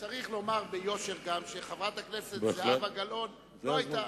צריך לומר ביושר, אבל, שחברת הכנסת גלאון לא היתה,